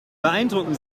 beeindrucken